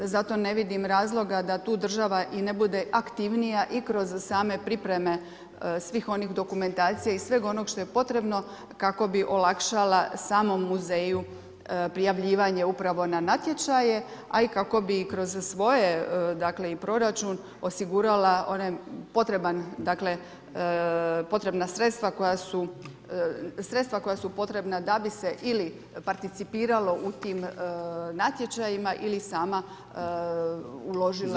Zato ne vidim razloga da tu država i ne bude aktivnija i kroz same pripreme svih onih dokumentacija i sveg onog što je potrebno kako bi olakšala samom muzeju prijavljivanje upravo na natječaje, a i kako bi kroz svoje i proračun osigurala ona potrebna sredstva koja su potrebna da bi se ili participiralo u tim natječajima ili sama uložila